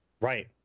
Right